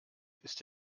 ist